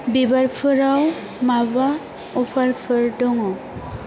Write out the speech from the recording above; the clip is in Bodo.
बिबारफोराव माबा अफारफोर दं